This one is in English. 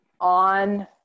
on